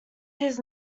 his